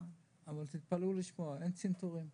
אבל תתפלאו לשמוע: אין שם צנתורים.